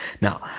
Now